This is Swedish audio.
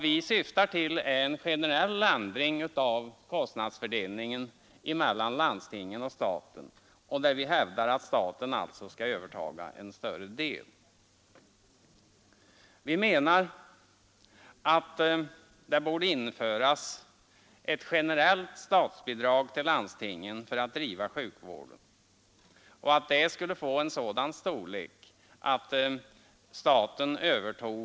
Vi syftar till en generell ändring av kostnadsfördelningen mellan landstingen och staten, där vi alltså hävdar att staten skall överta en större del av kostnaderna. Det borde införas ett generellt statsbidrag till landstingen för att driva sjukvården.